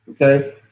Okay